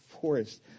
forest